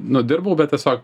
nu dirbau bet tiesiog